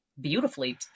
beautifully